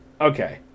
Okay